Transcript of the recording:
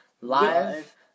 Live